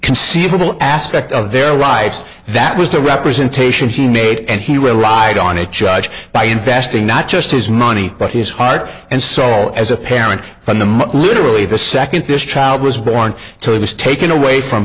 conceivable aspect of their rights that was the representation he made and he relied on it judge by investing not just his money but his heart and soul as a parent from the mother literally the second this child was born to it was taken away from